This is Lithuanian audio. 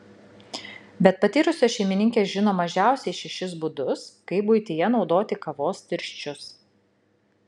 bet patyrusios šeimininkės žino mažiausiai šešis būdus kaip buityje naudoti kavos tirščius